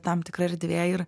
tam tikra erdvė ir